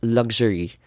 luxury